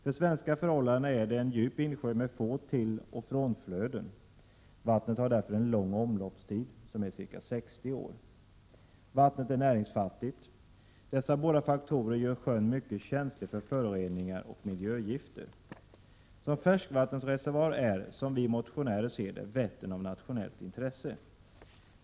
För svenska förhållanden är det en djup insjö, med få tilloch frånflöden. Vattnet har därför en lång omloppstid, ca 60 år, och vattnet är näringsfattigt. Dessa båda faktorer gör sjön mycket känslig för föroreningar och miljögifter. Som färskvattenreservoar är, som vi motionärer ser det, Vättern av nationellt intresse.